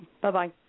Bye-bye